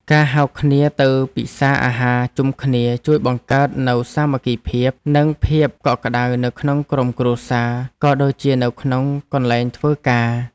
ការហៅគ្នាទៅពិសារអាហារជុំគ្នាជួយបង្កើតនូវសាមគ្គីភាពនិងភាពកក់ក្តៅនៅក្នុងក្រុមគ្រួសារក៏ដូចជានៅក្នុងកន្លែងធ្វើការ។